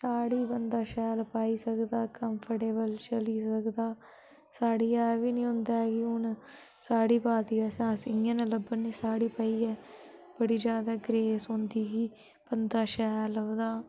साड़ी बंदा शैल पाई सकदा कम्फर्टेबल चली सकदा साड़िया एह् बी नी होंदा ऐ कि हून साढ़ी पाई दी असें अस इ'यां नेह् लब्भे ने साड़ी पाइयै बड़ी ज्यादा ग्रेस होंदी कि बंदा शैल लभदा